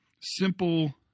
simple